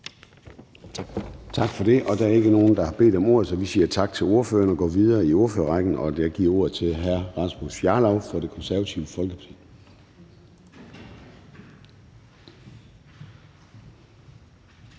Tak for det. Der er ikke nogen, der har bedt om ordet, så vi siger tak til ordføreren og går videre i ordførerrækken. Jeg giver ordet til hr. Rasmus Jarlov fra Det Konservative Folkeparti.